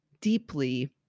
deeply